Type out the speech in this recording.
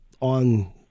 on